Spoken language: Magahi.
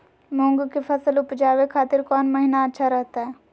मूंग के फसल उवजावे खातिर कौन महीना अच्छा रहतय?